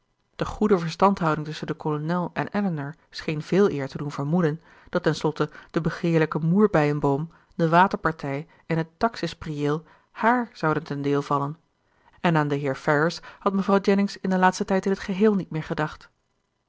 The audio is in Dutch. de goede verstandhouding tusschen den kolonel en elinor scheen veeleer te doen vermoeden dat ten slotte de begeerlijke moerbeienboom de waterpartij en het taxis prieel hààr zouden ten deel vallen en aan den heer ferrars had mevrouw jennings in den laatsten tijd in t geheel niet meer gedacht